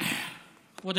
כולנו.